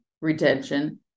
retention